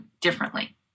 differently